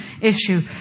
issue